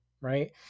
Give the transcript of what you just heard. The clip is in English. right